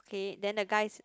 k then the guy